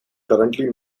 currently